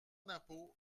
d’impôt